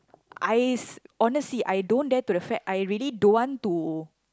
I honestly I don't dare to the fact I really don't want to